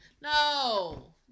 No